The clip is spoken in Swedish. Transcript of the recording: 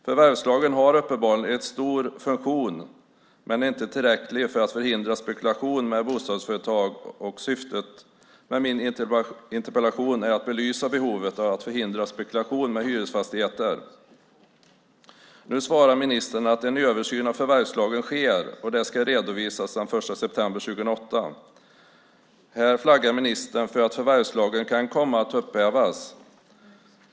Förvärvslagen har uppenbarligen en viktig funktion men är inte tillräcklig för att förhindra spekulation med bostadsföretag. Syftet med min interpellation är att belysa behovet av att förhindra spekulation med hyresfastigheter. Nu svarar ministern att en översyn av förvärvslagen sker och att den ska redovisas den 1 september 2008. Här flaggar ministern för att förvärvslagen kan komma att upphävas.